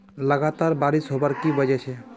लगातार बारिश होबार की वजह छे?